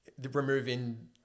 removing